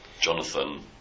Jonathan